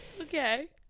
Okay